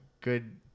good